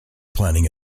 planning